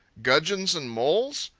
gudgeons and moles!